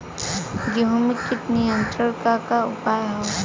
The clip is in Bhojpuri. गेहूँ में कीट नियंत्रण क का का उपाय ह?